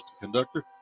conductor